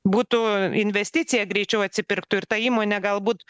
būtų investicija greičiau atsipirktų ir ta įmonė galbūt